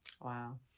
Wow